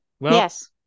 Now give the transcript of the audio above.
Yes